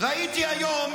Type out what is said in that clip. ראיתי היום,